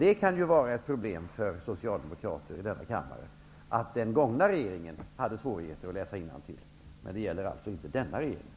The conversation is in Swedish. Det kan ju vara ett problem för socialdemokrater i denna kammare att den föregående regeringen hade svårigheter att läsa innantill. Men det gäller inte den nuvarande regeringen.